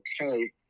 okay